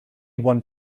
one